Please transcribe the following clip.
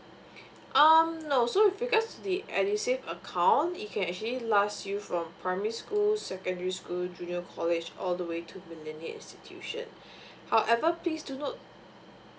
um no so with regards to the edusave account it can actually last you from primary school secondary school junior college all the way to the millennia institution however please do note